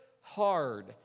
hard